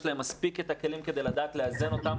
יש להם מספיק את הכלים כדי לדעת לאזן אותם.